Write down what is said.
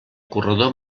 corredor